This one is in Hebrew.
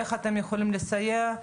איך אתם יכולים לסייע,